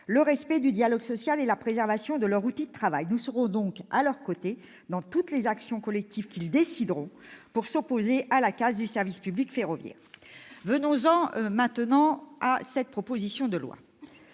le respect du dialogue social et la préservation de leur outil de travail. Nous serons donc à leurs côtés dans toutes les actions collectives qu'ils décideront de mener pour s'opposer à la casse du service public ferroviaire. Venons-en à cette proposition de loi.